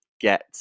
get